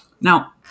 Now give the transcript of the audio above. Now